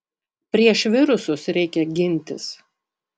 prieš virusus reikia gintis